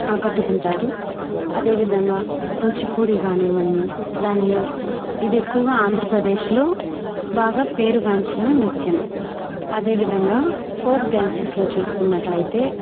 ఆకట్టుకుంటారు అదేవిధంగా కూచిపూడి కానివ్వండి దానిలో ఇది ఎక్కువగా ఆంధ్రప్రదేశ్లో బాగా పేరుగాంచిన నృత్యం అదేవిధంగా ఫోక్ డ్యాన్సెస్లో చూసుకున్నట్లయితే